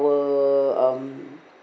um